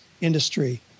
industry